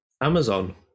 Amazon